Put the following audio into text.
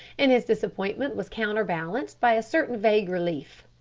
and his disappointment was counter-balanced by a certain vague relief.